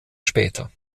später